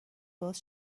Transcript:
باز